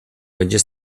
będzie